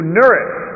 nourish